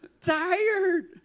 tired